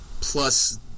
plus